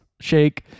Shake